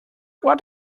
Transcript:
what